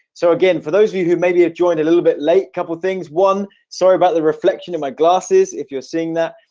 so again for those of you who maybe have joined a little bit late couple of things one sorry about the reflection in my glasses if you're seeing that?